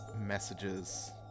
messages